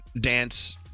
dance